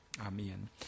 amen